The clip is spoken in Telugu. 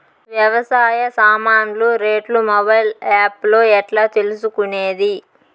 వ్యవసాయ సామాన్లు రేట్లు మొబైల్ ఆప్ లో ఎట్లా తెలుసుకునేది?